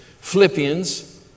Philippians